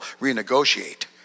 renegotiate